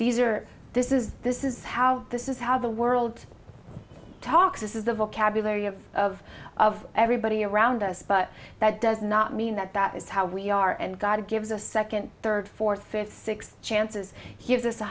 these are this is this is how this is how the world talks is the vocabulary of of of everybody around us but that does not mean that that is how we are and god gives a second third fourth fifth sixth chances he gives us